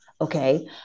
okay